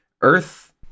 Earth